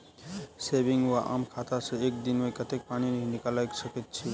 Saving वा आम खाता सँ एक दिनमे कतेक पानि निकाइल सकैत छी?